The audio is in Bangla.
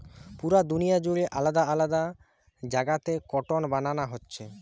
পুরা দুনিয়া জুড়ে আলাদা আলাদা জাগাতে কটন বানানা হচ্ছে